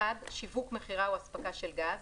שיווק, מכירה או הספקה של גז,